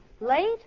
Late